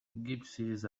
gypsies